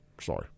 sorry